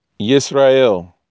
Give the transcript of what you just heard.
Yisrael